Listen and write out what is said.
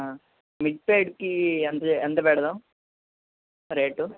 ఆ మిడ్సైడ్కి ఎంతి ఎంతపెడదాం రేటు